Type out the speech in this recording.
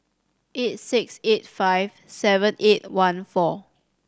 eight six eight five seven eight one four